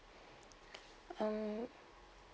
mm